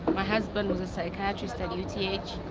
my husband was a psychiatrist at uth,